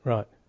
Right